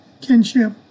kinship